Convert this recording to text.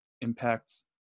impacts